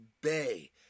bay